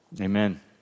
Amen